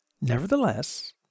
Nevertheless